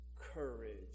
courage